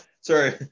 Sorry